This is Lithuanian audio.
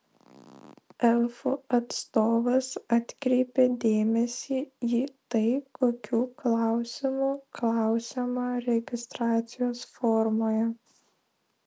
elfų atstovas atkreipė dėmesį į tai kokių klausimų klausiama registracijos formoje